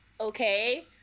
okay